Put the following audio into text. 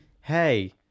hey